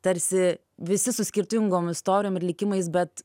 tarsi visi su skirtingom istorijom ir likimais bet